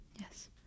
Yes